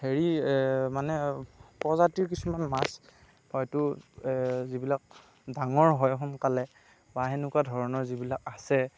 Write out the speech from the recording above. হেৰি মানে প্ৰজাতিৰ কিছুমান মাছ হয়তু যিবিলাক মানে ডাঙৰ হয় সোনকালে বা সেনেকুৱা ধৰণৰ যিবিলাক আছে